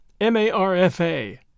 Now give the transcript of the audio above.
M-A-R-F-A